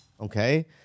Okay